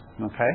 Okay